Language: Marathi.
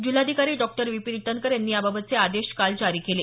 जिल्हाधिकारी डॉ विपीन ईटनकर यांनी याबाबतचे आदेश काल जारी केले